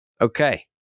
okay